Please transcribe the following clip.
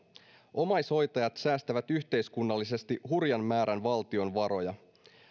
omaishoitajat säästävät yhteiskunnallisesti hurjan määrän valtion varoja